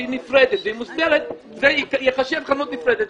שהיא נפרדת והיא מוסתרת, זה ייחשב חנות נפרדת.